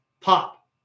pop